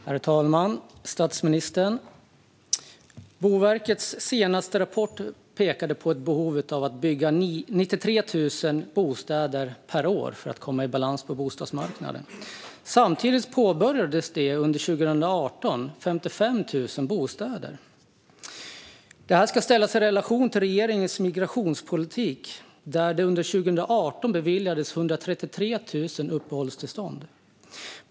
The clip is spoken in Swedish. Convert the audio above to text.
Herr talman! Statsministern! Boverkets senaste rapport pekade på ett behov av att bygga 93 000 bostäder per år för att komma i balans på bostadsmarknaden. Samtidigt påbörjades det under 2018 55 000 bostäder. Det här ska ställas i relation till regeringens migrationspolitik, där det under 2018 beviljades 133 000 uppehållstillstånd.